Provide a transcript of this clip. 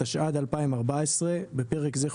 התשע"ד 2014 (בפרק זה,